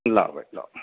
لاؤ بھائی لاؤ